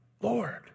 Lord